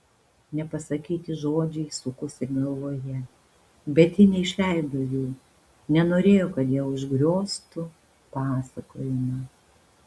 nepasakyti žodžiai sukosi galvoje bet ji neišleido jų nenorėjo kad jie užgrioztų pasakojimą